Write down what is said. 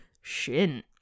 Shin